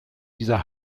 dieser